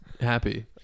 Happy